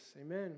amen